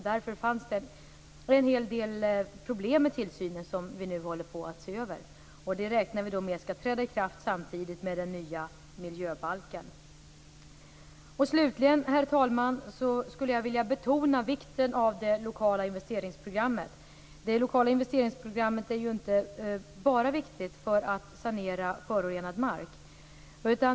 Det fanns en hel del problem med tillsynen, och dem håller vi nu på att se över. Vi räknar med att detta skall träda i kraft samtidigt med den nya miljöbalken. Herr talman! Slutligen vill jag betona vikten av det lokala investeringsprogrammet. Det är ju inte bara viktigt för sanering av förorenad mark.